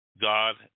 God